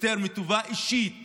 יותר מטובה אישית